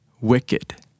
wicked